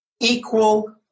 equal